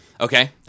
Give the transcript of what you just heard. Okay